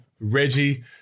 Reggie